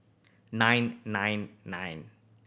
nine nine nine